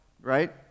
Right